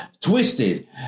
twisted